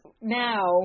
now